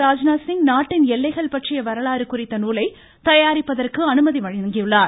ராஜ்நாத் சிங் நாட்டின் எல்லைகள் பற்றிய வரலாறு குறித்த நூலை தயாரிப்பதற்கு அனுமதி வழங்கியுள்ளார்